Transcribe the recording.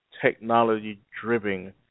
technology-driven